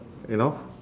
you know